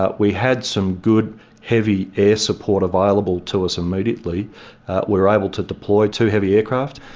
ah we had some good heavy air support available to us immediately. we were able to deploy two heavy aircraft.